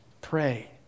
Pray